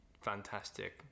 fantastic